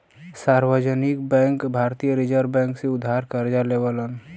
सार्वजनिक बैंक भारतीय reserve bank से उधार करजा लेवलन